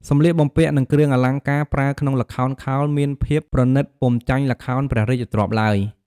សម្លៀកបំពាក់និងគ្រឿងអលង្ការប្រើក្នុងល្ខោនខោលមានភាពប្រណិតពុំចាញ់ល្ខោនព្រះរាជទ្រព្យឡើយ។